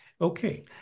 Okay